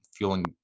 Fueling